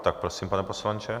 Tak prosím, pane poslanče.